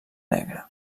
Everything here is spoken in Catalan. negre